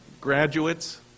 Graduates